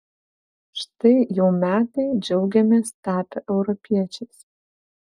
štai jau metai džiaugiamės tapę europiečiais